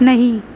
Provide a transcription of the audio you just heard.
نہیں